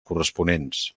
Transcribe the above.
corresponents